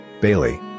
Bailey